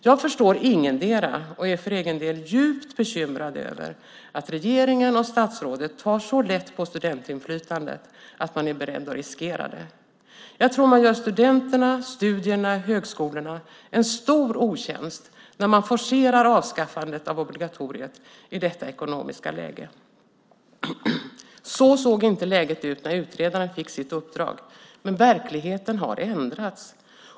Jag förstår ingendera och är för egen del djupt bekymrad över att regeringen och statsrådet tar så lätt på studentinflytandet att man är beredd att riskera det. Jag tror att man gör studenterna och studierna i högskolorna en stor otjänst när man forcerar avskaffandet av obligatoriet i detta ekonomiska läge. Så såg inte läget ut när utredaren fick sitt uppdrag. Verkligheten har ändrats.